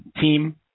team